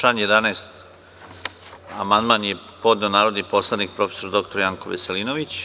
Na član 11. amandman je podneo narodni poslanik prof. dr Janko Veselinović.